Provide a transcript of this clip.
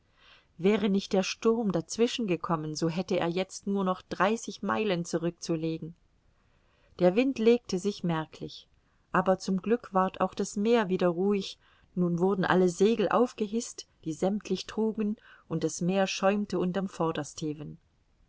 wäre nicht der sturm dazwischen gekommen so hätte er jetzt nur noch dreißig meilen zurückzulegen der wind legte sich merklich aber zum glück ward auch das meer wieder ruhig nun wurden alle segel aufgehißt die sämmtlich trugen und das meer schäumte unter'm